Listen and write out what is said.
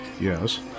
Yes